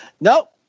Nope